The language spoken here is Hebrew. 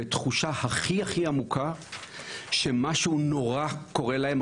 בתחושה הכי הכי עמוקה שמשהו נורא קורה להם,